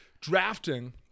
drafting